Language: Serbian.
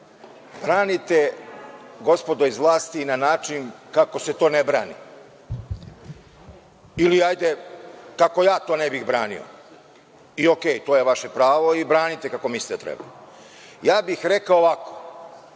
branite, gospodo iz vlasti, na način kako se to ne brani ili hajde, kako ja to ne bih branio. I ok, to je vaše pravo i branite kako mislite da treba. Ja bih rekao ovako,